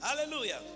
Hallelujah